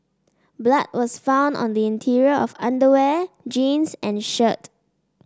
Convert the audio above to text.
blood was found on the interior of underwear jeans and shirt